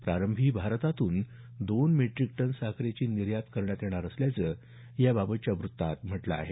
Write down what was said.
प्रारंभी भारतातून दोन मेट्रीक टन साखरेची निर्यात करण्यात येणार असल्याचं याबाबतच्या वृत्तात म्हटलं आहे